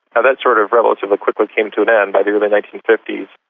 that sort of relatively quickly came to an end by the early nineteen fifty s.